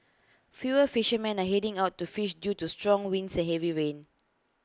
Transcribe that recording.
fewer fishermen are heading out to fish due to strong winds and heavy rain